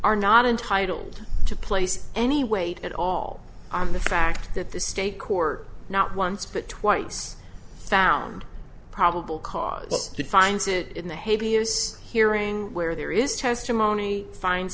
are not entitled to place any weight at all on the fact that the state court not once but twice found probable cause to finds it in the haiti is hearing where there is testimony finds